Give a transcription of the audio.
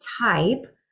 type